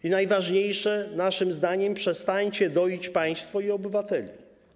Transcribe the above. Ale najważniejsze naszym zdaniem: przestańcie doić państwo i obywateli.